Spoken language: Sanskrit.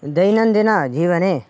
दैनन्दिनजीवने